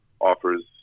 offers